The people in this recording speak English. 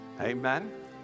Amen